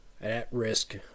at-risk